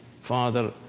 father